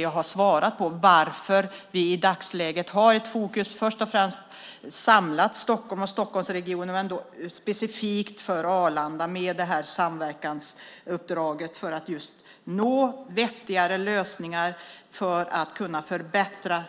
Jag har svarat på varför vi i dagsläget har ett fokus på ett samlat Stockholm och en samlad Stockholmsregion specifikt för Arlanda med samverkansuppdraget att nå vettigare lösningar för att förbättra